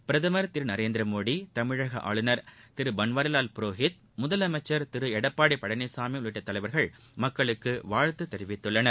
பிரதமர் திரு நரேந்திரமோடி தமிழக ஆளுநர் திரு பன்வாரிலால் புரோஹித் முதலமைச்சர் திரு எடப்பாடி பழனிசாமி உள்ளிட்ட தலைவர்கள் மக்களுக்கு வாழ்த்து தெரிவித்துள்ளனர்